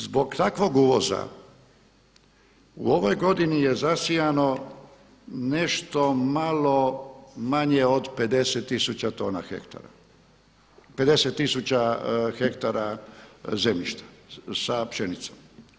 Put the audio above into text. Zbog takvog uvoza u ovoj godini je zasijano nešto malo manje od 50 tisuća tona hektara, 50 hektara zemljišta sa pšenicom.